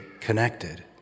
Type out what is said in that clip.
connected